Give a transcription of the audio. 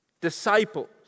disciples